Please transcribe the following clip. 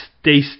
stay